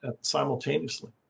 simultaneously